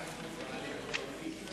כנסת נכבדה,